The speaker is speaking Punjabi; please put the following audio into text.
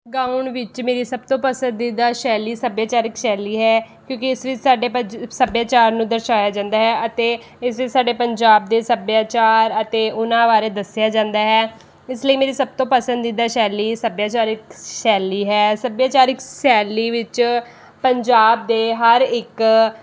ਗਾਉਣ ਵਿੱਚ ਮੇਰੀ ਸਭ ਤੋਂ ਪਸੰਦੀਦਾ ਸ਼ੈਲੀ ਸੱਭਿਆਚਾਰਕ ਸ਼ੈਲੀ ਹੈ ਕਿਉਂਕਿ ਇਸ ਵਿੱਚ ਸਾਡੇ ਪਜ ਸੱਭਿਆਚਾਰ ਨੂੰ ਦਰਸਾਇਆ ਜਾਂਦਾ ਹੈ ਅਤੇ ਇਸ ਵਿੱਚ ਸਾਡੇ ਪੰਜਾਬ ਦੇ ਸੱਭਿਆਚਾਰ ਅਤੇ ਉਹਨਾਂ ਬਾਰੇ ਦੱਸਿਆ ਜਾਂਦਾ ਹੈ ਇਸ ਲਈ ਮੇਰੀ ਸਭ ਤੋਂ ਪਸੰਦੀਦਾ ਸ਼ੈਲੀ ਸੱਭਿਆਚਾਰਕ ਸ਼ੈਲੀ ਹੈ ਸੱਭਿਆਚਾਰਕ ਸ਼ੈਲੀ ਵਿੱਚ ਪੰਜਾਬ ਦੇ ਹਰ ਇੱਕ